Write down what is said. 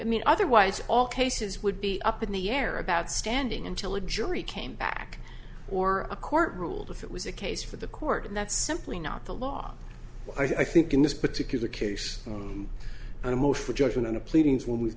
we mean otherwise all cases would be up in the air about standing until a jury came back or a court ruled if it was a case for the court and that's simply not the law i think in this particular case from a motion for judgment on a pleadings w